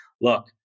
look